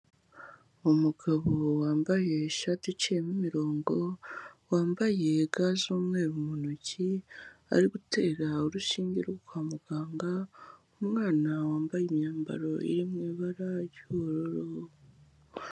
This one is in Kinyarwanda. Umugabo wambaye ishati iciyemo imirongo, wambaye ga z'umweru mu ntoki, ari gutera urushinge rwo kwa muganga, umwana wambaye imyambaro iri mu ibara ry'ubururu.